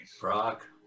Brock